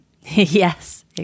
yes